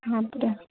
அப்படியா